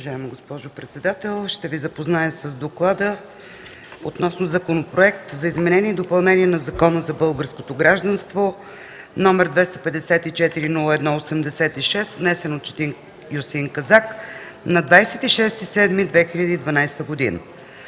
Уважаема госпожо председател, ще Ви запозная с: „ДОКЛАД относно Законопроект за изменение и допълнение на Закона за българското гражданство, № 254-01-86, внесен от Четин Хюсеин Казак на 26 юли 2012 г.